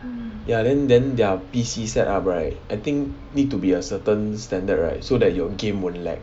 ya then then their P_C set up right I think need to be a certain standard right so that your game won't lag